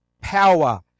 power